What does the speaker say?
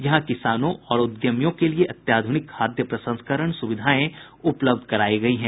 यहां किसानों और उद्यमियों के लिए अत्याध्रनिक खाद्य प्रसंस्करण सुविधाएं उपलब्ध करायी गयी हैं